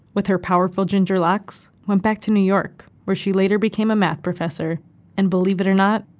with her powerful ginger locks, went back to new york, where she later became a math professor and, believe it or not,